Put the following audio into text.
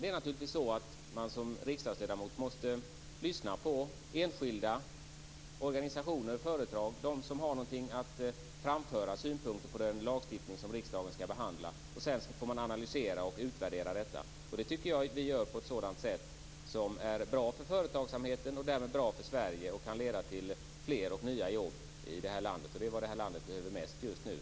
Som riksdagsledamot måste man naturligtvis lyssna på enskilda, organisationer och företag, dvs. de som har någonting att framföra, t.ex. synpunkter på den lagstiftning som riksdagen skall behandla. Sedan får man analysera och utvärdera detta. Jag tycker att vi gör detta på ett sätt som är bra för företagsamheten och därmed bra för Sverige och som kan leda till fler och nya jobb i det här landet. Det är vad landet behöver mest just nu.